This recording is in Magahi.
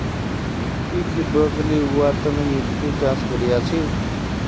ती की ब्रोकली उगव्वार तन मिट्टीर जांच करया छि?